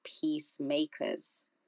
peacemakers